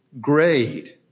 grade